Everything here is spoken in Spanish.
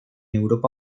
europa